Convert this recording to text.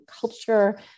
culture